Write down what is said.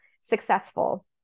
successful